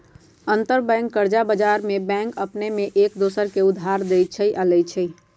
अंतरबैंक कर्जा बजार में बैंक अपने में एक दोसर के उधार देँइ छइ आऽ लेइ छइ